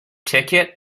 ticket